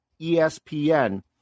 ESPN